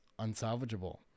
unsalvageable